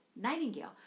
Nightingale